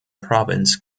province